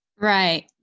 Right